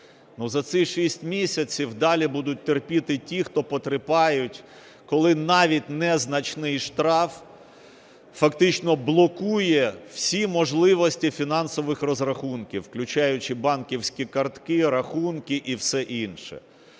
За ці шість місяців далі будуть терпіти ті, хто потерпають, коли навіть незначний штраф фактично блокує всі можливості фінансових розрахунків, включаючи банківські картки, рахунки і все інше.